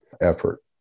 effort